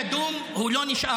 לא ידום, הוא לא נשאר.